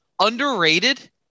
Underrated